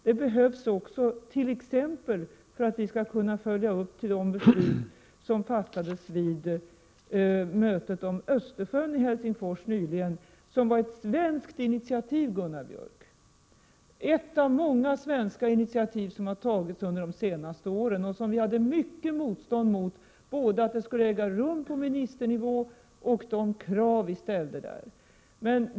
Detta behövs också t.ex. för att vi skall kunna följa upp de beslut som fattades vid det möte om Östersjön som hölls i Helsingfors nyligen — ett svenskt initiativ, Gunnar Björk, och ett av många svenska initiativ som har tagits under de senaste åren. Vi mötte mycket motstånd, både för att mötet skulle äga rum på ministernivå och för att vi ställde vissa andra krav.